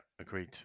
agreed